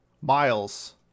Miles